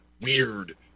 weird